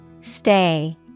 Stay